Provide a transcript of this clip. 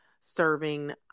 serving